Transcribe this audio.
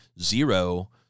zero